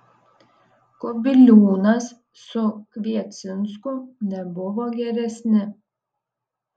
kubiliūnas su kviecinsku nebuvo geresni